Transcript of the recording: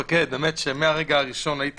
מהרגע הראשון היית